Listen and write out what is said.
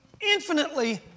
infinitely